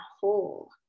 whole